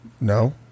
No